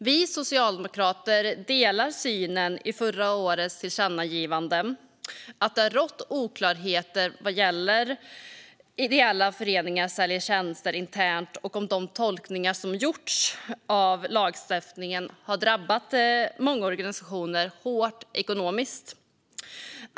Vi socialdemokrater delar synen i förra årets tillkännagivande, att det rått oklarheter om vad som gäller när ideella föreningar säljer tjänster internt och att de tolkningar som gjorts av lagstiftningen har drabbat många organisationer hårt ekonomiskt.